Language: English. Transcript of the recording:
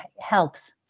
helps